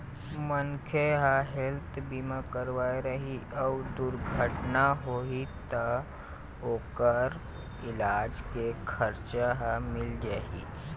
मनखे ह हेल्थ बीमा करवाए रही अउ दुरघटना होगे त ओखर इलाज के खरचा ह मिल जाही